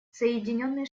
соединенные